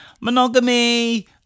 monogamy